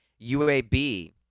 UAB